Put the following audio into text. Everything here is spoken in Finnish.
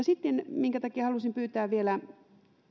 sitten minkä takia halusin pyytää vielä